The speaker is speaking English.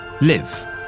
live